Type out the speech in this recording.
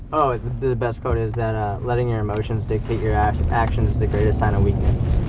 the best part is that letting your emotions dictate your and actions is the greatest sign of weakness.